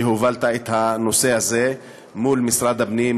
שהובלת את הנושא הזה מול משרד הפנים,